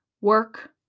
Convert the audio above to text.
Work